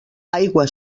aigua